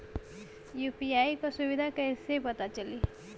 UPI क सुविधा कैसे पता चली?